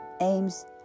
aims